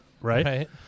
right